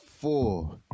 four